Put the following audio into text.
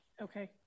Okay